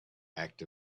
act